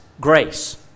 grace